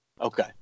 Okay